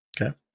Okay